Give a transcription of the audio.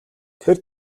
тэр